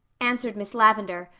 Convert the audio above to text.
answered miss lavendar,